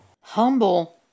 Humble